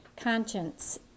conscience